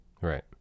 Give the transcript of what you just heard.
Right